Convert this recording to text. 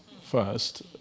first